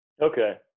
Okay